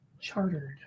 chartered